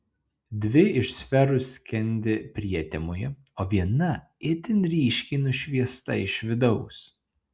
dvi iš sferų skendi prietemoje o viena itin ryškiai nušviesta iš vidaus